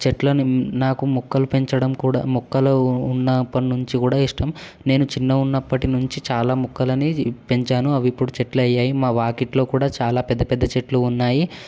చెట్లను నాకు మొక్కలు పెంచడం కూడా మొక్కలు ఉన్నప్పటి నుంచి కూడా ఇష్టం నేను చిన్న ఉన్నప్పటి నుంచి చాలా మొక్కలని పెంచాను అవి ఇప్పుడు చెట్లయ్యాయి మా వాకిట్లో కూడా చాలా పెద్ద పెద్ద చెట్లు ఉన్నాయి